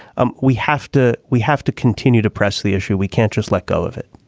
um we have to we have to continue to press the issue we can't just let go of it